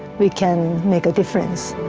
we can make a difference.